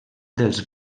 dels